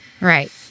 Right